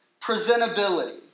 presentability